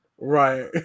Right